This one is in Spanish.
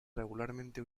regularmente